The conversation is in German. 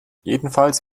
jedenfalls